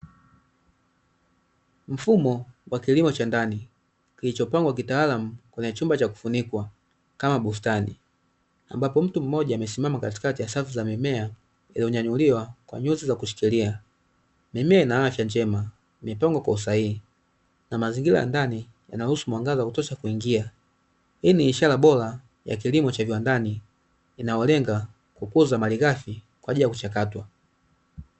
Mfumo wa kilimo cha ndani kilichopangwa kitaalamu kwenye chumba cha kufunikwa kama bustani, ambapo mtu mmoja amesimama katikati ya safu za mimea iliyonyanyuliwa kwa nyuzi za kushikilia. Mimea ina afya njema imepangwa kwa usahihi na mazingira ya ndani yanaruhusu mwangaza wa kutosha kuingia. Hii ni ishara bora ya kilimo cha viwandani inayolenga kukuza malighafi kwa ajili ya kuchakatwa.